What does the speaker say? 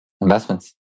Investments